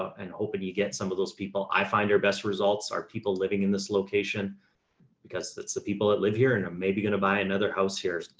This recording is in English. an open you get some of those people, i find our best results are people living in this location because it's the people that live here and i'm maybe gonna buy another house here. ah,